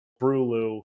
Brulu